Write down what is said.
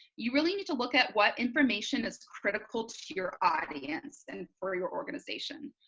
you really need to look at what information is critical to your audience and for your organization.